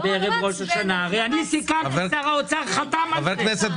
הרי אני סיכמתי ושר האוצר חתם על זה.